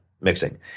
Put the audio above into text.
mixing